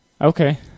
Okay